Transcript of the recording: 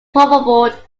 probable